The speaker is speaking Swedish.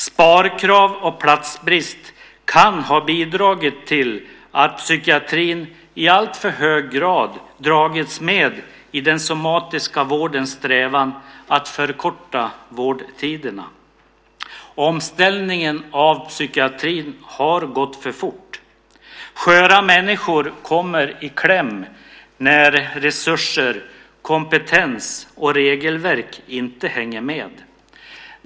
Sparkrav och platsbrist kan ha bidragit till att psykiatrin i alltför hög grad har dragits med i den somatiska vårdens strävan att förkorta vårdtiderna. Omställningen av psykiatrin har gått för fort. Sköra människor kommer i kläm när resurser, kompetens och regelverk inte hänger med.